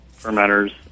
fermenters